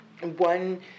One